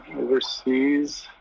overseas